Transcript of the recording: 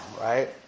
right